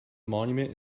monument